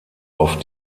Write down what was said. auf